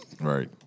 Right